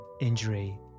injury